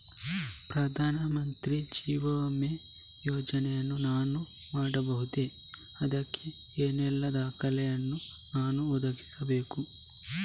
ಪ್ರಧಾನ ಮಂತ್ರಿ ಜೀವ ವಿಮೆ ಯೋಜನೆ ನಾನು ಮಾಡಬಹುದೇ, ಅದಕ್ಕೆ ಏನೆಲ್ಲ ದಾಖಲೆ ಯನ್ನು ನಾನು ಒದಗಿಸಬೇಕು?